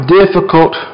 difficult